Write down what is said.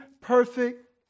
perfect